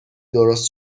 درست